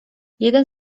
jeden